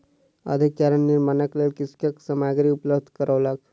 अधिक चारा निर्माणक लेल कृषक सामग्री उपलब्ध करौलक